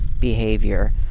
behavior